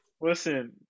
Listen